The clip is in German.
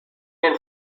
den